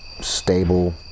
stable